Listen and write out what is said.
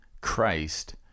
Christ